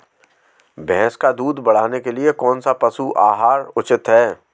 भैंस का दूध बढ़ाने के लिए कौनसा पशु आहार उचित है?